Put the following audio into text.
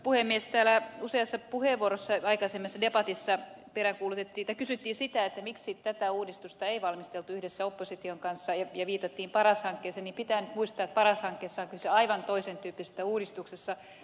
kun täällä useassa puheenvuorossa aikaisemmassa debatissa peräänkuulutettiin tai kysyttiin sitä miksi tätä uudistusta ei valmisteltu yhdessä opposition kanssa ja viitattiin paras hankkeeseen niin pitää muistaa että paras hankkeessa on kyse aivan toisen tyyppisestä uudistuksesta